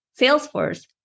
Salesforce